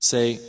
Say